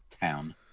Town